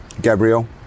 Gabriel